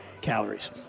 calories